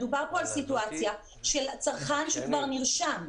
מדובר פה על סיטואציה של צרכן שכבר נרשם.